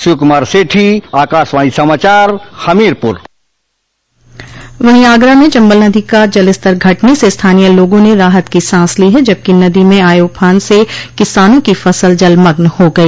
शिवकुमार सेठी आकाशवाणी समाचार हमीरपुर वहीं आगरा में चम्बल नदी का जलस्तर घटने से स्थानीय लोगों ने राहत की सांस ली है जबकि नदी में आये उफान से किसानों की फसल जलमग्न हो गई